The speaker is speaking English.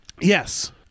Yes